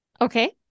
Okay